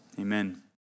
amen